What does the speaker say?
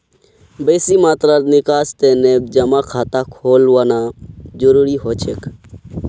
बेसी मात्रात निकासीर तने जमा खाता खोलवाना जरूरी हो छेक